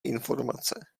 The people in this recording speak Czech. informace